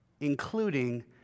including